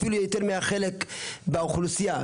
אפילו מהחלק באוכלוסייה,